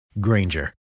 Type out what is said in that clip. Granger